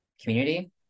community